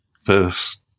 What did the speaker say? first